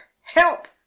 Help